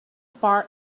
part